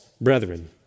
brethren